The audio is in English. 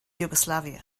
yugoslavia